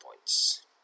points